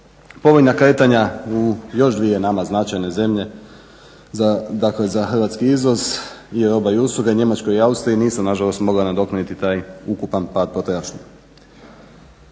Povoljna kretanja u još dvije nama značajne zemlje, dakle za hrvatski izvoz i roba i usluga i Njemačkoj i Austriji nisu na žalost mogla nadoknaditi taj ukupan pad potrošnje.